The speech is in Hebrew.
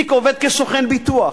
איציק עובד כסוכן ביטוח,